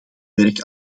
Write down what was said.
werk